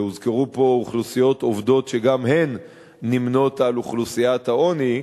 והוזכרו פה אוכלוסיות עובדות שגם הן נמנות עם אוכלוסיית העוני,